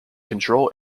control